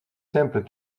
simples